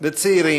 ציון